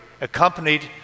accompanied